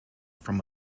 from